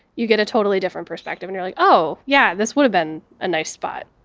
you get a totally different perspective, and you're like, oh yeah, this would've been a nice spot.